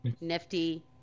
Nifty